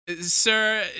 sir